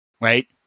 right